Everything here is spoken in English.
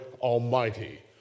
Almighty